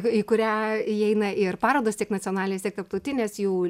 į kurią įeina ir parodos tiek nacionalinės tiek tarptautinės jų